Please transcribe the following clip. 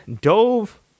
dove